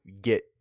get